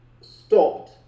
stopped